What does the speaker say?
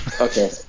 Okay